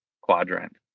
quadrant